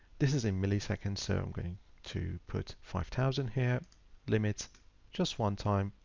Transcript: this is a millisecond. so i'm going to put five thousand here limits just one time.